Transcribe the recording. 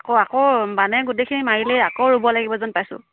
আকৌ আকৌ বানে গোটেইখিনি মাৰিলেই আকৌ ৰুব লাগিব যেন পাইছোঁ